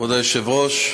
כבוד היושב-ראש,